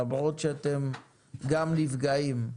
למרות שאתם גם נפגעים.